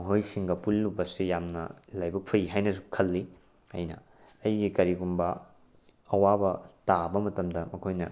ꯃꯈꯣꯏꯁꯤꯡꯒ ꯄꯨꯜꯂꯨꯕꯁꯤ ꯌꯥꯝꯅ ꯂꯥꯏꯕꯛ ꯐꯩ ꯍꯥꯏꯅꯁꯨ ꯈꯜꯂꯤ ꯑꯩꯅ ꯑꯩꯒꯤ ꯀꯔꯤꯒꯨꯝꯕ ꯑꯋꯥꯕ ꯇꯥꯕ ꯃꯇꯝꯗ ꯃꯈꯣꯏꯅ